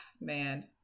man